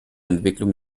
entwicklung